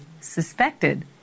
suspected